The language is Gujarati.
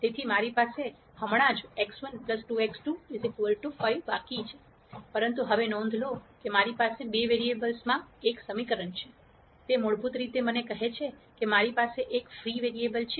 તેથી મારી પાસે હમણાં જ x1 2x2 5 બાકી છે પરંતુ હવે નોંધ લો કે મારી પાસે બે વેરીએબલ્સ માં એક સમીકરણ છે તે મૂળભૂત રીતે મને કહે છે કે મારી પાસે એક ફ્રી વેરીએબલ છે